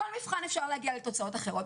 בכל מבחן אפשר להגיע לתוצאות אחרות.